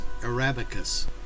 Arabicus